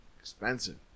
expensive